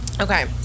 okay